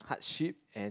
hardship and